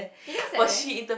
he just sat there